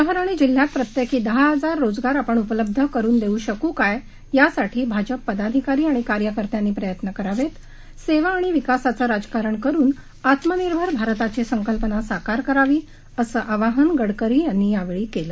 शहर आणि जिल्ह्यात प्रत्येकी दहा हजार आपण रोजगार उपलब्ध करून देऊ शकू काय यासाठी भाजप पदाधिकारी आणि कार्यकर्त्यांनी प्रयत्न करावेत सेवा आणि विकासाचं राजकारण करून आत्मनिर्भर भारताची संकल्पना साकार करावी असं आवाहन गडकरी यांनी यावेळी केलं